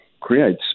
Creates